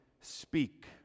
speak